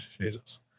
jesus